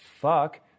fuck